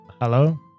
hello